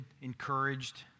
encouraged